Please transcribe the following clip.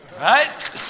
Right